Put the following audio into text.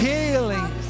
Healing